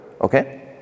Okay